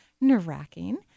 nerve-wracking